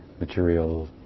material